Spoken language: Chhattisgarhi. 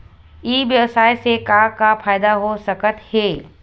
ई व्यवसाय से का का फ़ायदा हो सकत हे?